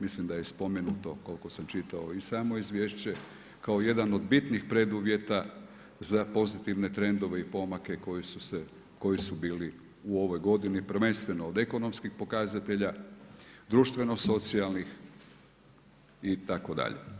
Mislim da je spomenuto koliko sam čitao i samo izvješće kao jedan od bitnih preduvjeta za pozitivne trendove i pomake koji su bili u ovoj godini prvenstveno od ekonomskih pokazatelja, društveno socijalnih itd.